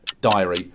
diary